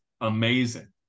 amazing